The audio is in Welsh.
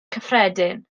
cyffredin